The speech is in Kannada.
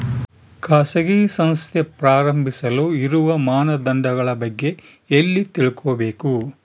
ಖಾಸಗಿ ಸಂಸ್ಥೆ ಪ್ರಾರಂಭಿಸಲು ಇರುವ ಮಾನದಂಡಗಳ ಬಗ್ಗೆ ಎಲ್ಲಿ ತಿಳ್ಕೊಬೇಕು?